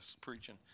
preaching